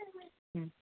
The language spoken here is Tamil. ம்